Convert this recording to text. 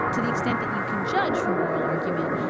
to the extent that you can judge from oral argument,